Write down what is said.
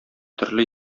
төрле